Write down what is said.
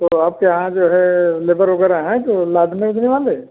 तो आपके यहाँ जो है लेबर उबर हैं वह लादने ऊदने वाले